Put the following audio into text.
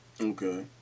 Okay